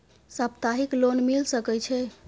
सप्ताहिक लोन मिल सके छै?